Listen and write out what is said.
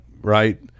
Right